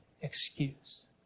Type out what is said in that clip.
excuse